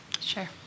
Sure